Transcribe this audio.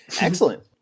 Excellent